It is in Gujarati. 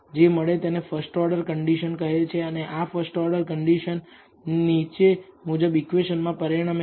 જે મળે તેને ફર્સ્ટ ઓર્ડર કન્ડિશન કહે છે અને આ ફર્સ્ટ ઓર્ડર કન્ડિશન નીચે મુજબ ઇક્વેશન માં પરિણમે છે